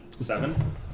Seven